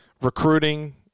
recruiting